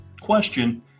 question